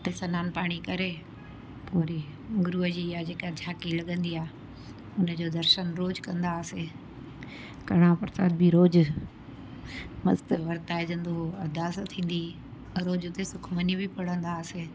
हुते सनानु पाणी करे पोइ वरी गुरूअ जी इहा जेका झांकी लॻंदी आहे उन जो दर्शन रोज़ु कंदा हुआसीं कणा प्रसाद बि रोज़ु मस्तु वरताइजंदो हुओ अरदास थींदी हुई रोज़ू उते सुखमनी बि पढ़ंदा हुआसीं